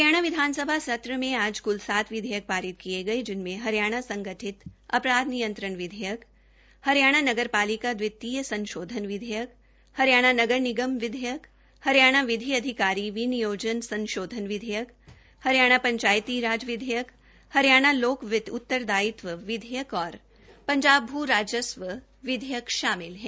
हरियाणा विधानसभा सत्र में आज कुल सात विधेयक पारित किये गए जिनमें हरियाणा संगठित अपराध नियंत्रण विधेयक हरियाणा नगरपालिका दवितीय संशोधन विधेयक हरियाणा नगर निगम दवितीय संशोधन विधेयक हरियाणा विधि अधिकारी विनियोजन संशोधन विधेयक हरियाणा पंचायती राज दवितीय संशोधन विधेयक हरियाणा लोक वित्त उत्तरदायित्व संशोधन विधेयक और पंजाब भू राजस्व हरियाणा संशोधन विधेयक शामिल हैं